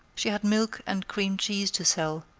she had milk and cream cheese to sell,